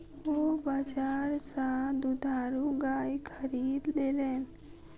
ओ बजार सा दुधारू गाय खरीद लेलैन